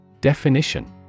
Definition